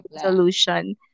solution